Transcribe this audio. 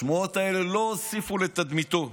השמועות האלה לא הוסיפו לתדמיתו.